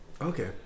okay